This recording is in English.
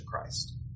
Christ